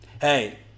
hey